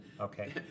Okay